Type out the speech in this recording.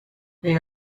they